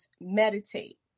meditate